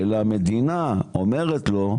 אלא המדינה אומרת לו,